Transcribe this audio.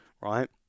right